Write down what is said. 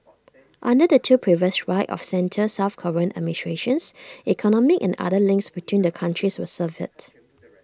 under two previous right of centre south Korean administrations economic and other links between the countries were severed